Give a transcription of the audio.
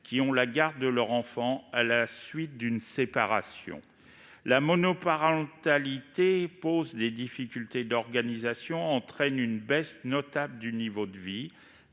qui ont la garde de leurs enfants à la suite d'une séparation. La monoparentalité pose des difficultés d'organisation et entraîne une baisse notable du niveau de vie.